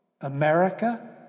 America